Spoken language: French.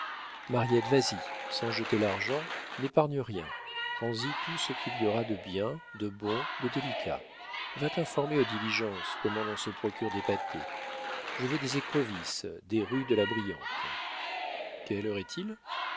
mariette vas-y sans jeter l'argent n'épargne rien prends-y tout ce qu'il y aura de bien de bon de délicat va t'informer aux diligences comment l'on se procure des pâtés je veux des écrevisses des rû de la brillante quelle heure est-il